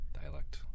Dialect